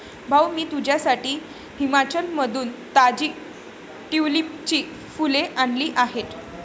भाऊ, मी तुझ्यासाठी हिमाचलमधून ताजी ट्यूलिपची फुले आणली आहेत